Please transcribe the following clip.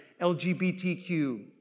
LGBTQ